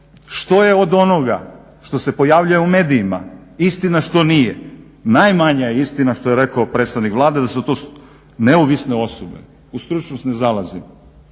što je od onoga što se pojavljuje u medijima istina, a što nije. Najmanja je istina što je rekao predstavnik Vlade da su to neovisne osobe, u stručnost ne zalazim.